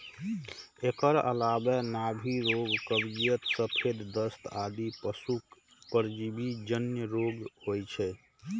एकर अलावे नाभि रोग, कब्जियत, सफेद दस्त आदि पशुक परजीवी जन्य रोग होइ छै